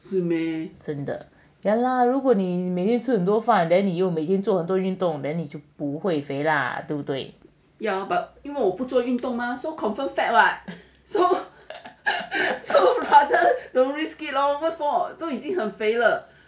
真的 ya lah 如果你每天吃很多饭每天做很多运动 then 你就不会肥啦对不对